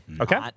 Okay